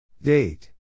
Date